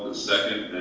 second.